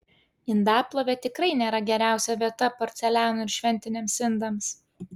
indaplovė tikrai nėra geriausia vieta porcelianui ir šventiniams indams